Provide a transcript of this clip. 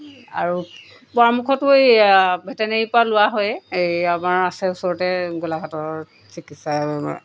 আৰু পৰামৰ্শটো এই ভেটেনেৰিৰ পৰা লোৱা হয়েই এই আমাৰ আছে ওচৰতে গোলাঘাটৰ চিকিৎসা